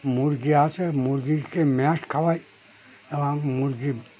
মুরগী আছে মুরগীকে ম্যাশ খাওয়াই এবং মুরগী